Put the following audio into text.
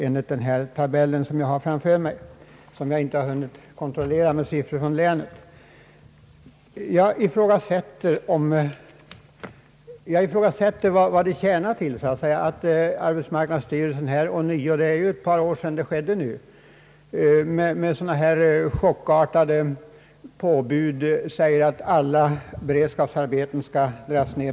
Jag vill emellertid understryka att jag inte hunnit kontrollera dessa uppgifter. Jag ifrågasätter vad det tjänar till att arbetsmarknadsstyrelsen ånyo — det är ett par år sedan det skedde förra gången — kommer med sådana här chockartade påbud om att praktiskt taget alla beredskapsarbeten skall dras in.